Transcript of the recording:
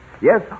Yes